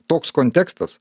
toks kontekstas